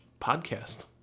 podcast